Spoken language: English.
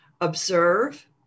observe